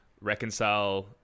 reconcile